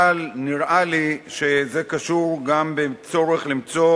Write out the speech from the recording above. אבל נראה לי שזה קשור גם בצורך למצוא